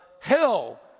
hell